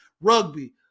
rugby